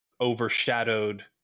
overshadowed